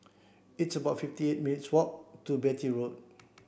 it's about fifty eight minutes' walk to Beatty Road